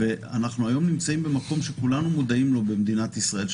היום אנחנו נמצאים במקום שכולנו מודעים לו במדינת ישראל,